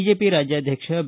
BJP ರಾಜ್ಯಾಧಕ್ಷ B